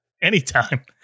Anytime